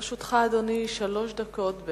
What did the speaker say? לרשותך, אדוני, שלוש דקות.